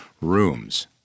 rooms